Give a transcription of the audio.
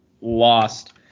lost